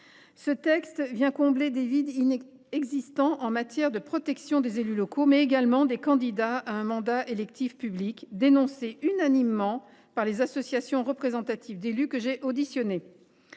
Ce texte vient combler des vides existants en matière de protection des élus locaux, mais également des candidats à un mandat électif public, dénoncés unanimement par les associations représentatives d’élus que j’ai auditionnées.